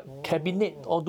oh